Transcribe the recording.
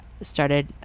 started